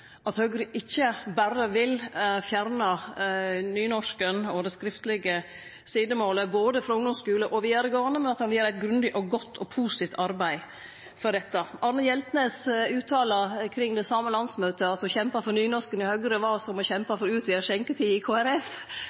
at Høgre ikkje berre vil fjerne nynorsken og det skriftlege sidemålet frå både ungdomsskulen og vidaregåande skule, men at han òg vil gjere eit grundig, positivt og godt arbeid for nynorsken. Arne Hjeltnes uttala kring det same landsmøtet at å kjempe for nynorsken i Høgre var som å kjempe for utvida skjenketid i